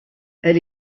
elle